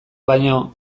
baino